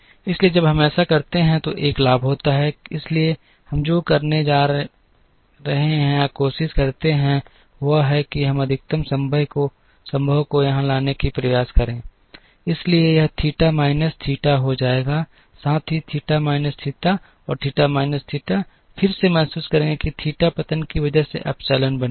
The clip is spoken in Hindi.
इसलिए जब हम ऐसा करते हैं तो एक लाभ होता है इसलिए हम जो करने की कोशिश करते हैं वह है कि हम अधिकतम संभव को यहां लगाने की कोशिश करें इसलिए यह थीटा माइनस थीटा हो जाएगा साथ ही थीटा माइनस थीटा और थीटा माइनस थीटा फिर से महसूस करेंगे कि थीटा पतन की वजह से एप्सिलॉन बन जाएगा